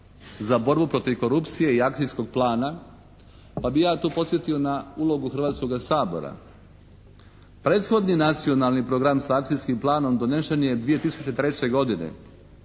za borbu protiv korupcije i akcijskog plana pa bi ja tu podsjetio na ulogu Hrvatskoga sabora. Prethodni Nacionalni program sa akcijskim planom donesen je 2003. godine.